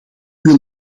wil